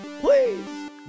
please